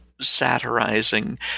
satirizing